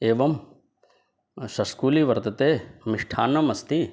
एवं शष्कुलि वर्तते मिष्टान्नम् अस्ति